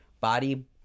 body